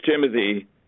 Timothy